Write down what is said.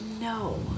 No